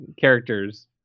characters